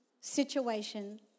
situation